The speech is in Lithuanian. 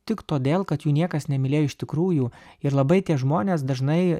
tik todėl kad jų niekas nemylėjo iš tikrųjų ir labai tie žmonės dažnai